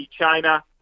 China